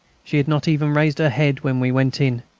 she had not even raised her head when we went in.